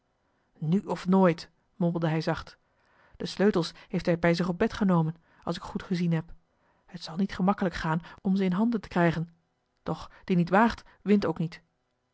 nu of nooit mompelde hij zacht de sleutels heeft hij bij zich op bed genomen als ik goed gezien heb het zal niet gemakkelijk gaan om ze in handen te krijgen doch die niet waagt wint ook niet